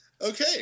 Okay